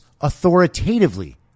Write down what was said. authoritatively